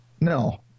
No